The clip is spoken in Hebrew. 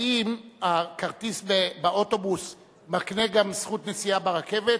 האם הכרטיס באוטובוס מקנה גם זכות נסיעה ברכבת,